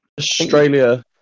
australia